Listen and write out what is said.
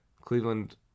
Cleveland